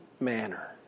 manner